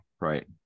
right